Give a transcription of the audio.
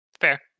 Fair